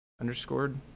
underscored